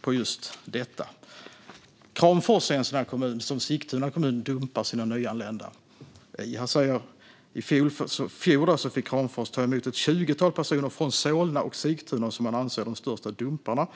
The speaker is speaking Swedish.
på just detta. Kramfors är en sådan kommun där Sigtuna dumpar sina nyanlända, och jag läser: "I fjol fick Kramfors ta emot ett tjugotal personer från Solna och Sigtuna, som man anser är de största 'dumparna'.